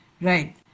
right